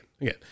again